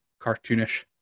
cartoonish